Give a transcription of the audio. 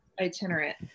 itinerant